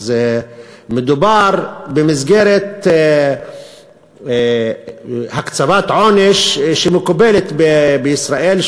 אז מדובר במסגרת הקצאת עונש שמקובלת בישראל,